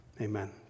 Amen